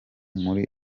muri